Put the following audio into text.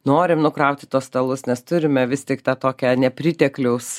norim nukrauti tuos stalus nes turime vis tik tą tokią nepritekliaus